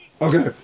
Okay